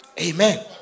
Amen